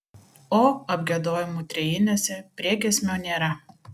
o apgiedojimų trejinėse priegiesmio nėra